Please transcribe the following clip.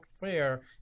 fair